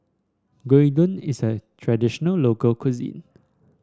gyudon is a traditional local cuisine